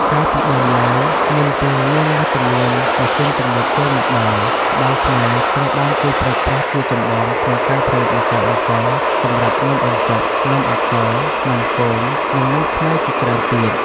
កាលពីដើមឡើយ មុនពេលមានវត្តមានម៉ាស៊ីនទំនើបចូលមកដល់ ត្បាល់ខ្មែរត្រូវបានគេប្រើប្រាស់ជាចម្បងក្នុងការផលិតម្សៅអង្ករសម្រាប់នំបញ្ចុក នំអាកោ នំគម និងនំខ្មែរជាច្រើនទៀត។